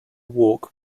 walk